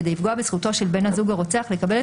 כדי לפגוע בזכותו של בן הזוג הרוצח לקבל את